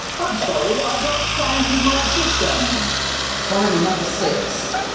i'm sorry, i've got plans with my sister' finally number six,